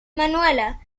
manuela